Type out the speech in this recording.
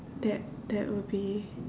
that that would be